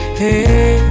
hey